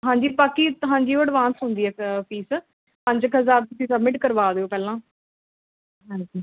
ਹਾਂਜੀ ਬਾਕੀ ਹਾਂਜੀ ਉਹ ਅਡਵਾਂਸ ਹੁੰਦੀ ਹੈ ਫੀਸ ਪੰਜ ਕੁ ਹਜ਼ਾਰ ਤੁਸੀਂ ਸਬਮਿਟ ਕਰਵਾ ਦਿਉ ਪਹਿਲਾਂ ਹਾਂਜੀ